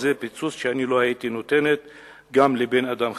זה פיצוץ שאני לא הייתי נותנת גם לבן-אדם חזק.